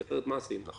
כי אחרת מה עשינו?